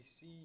see